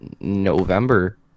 November